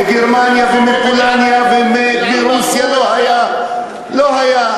מגרמניה ומפולניה ומרוסיה לא היה, לא היה.